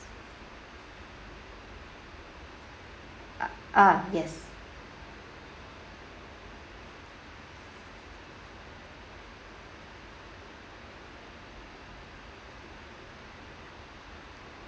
uh ah yes